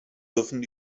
dürfen